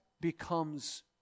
becomes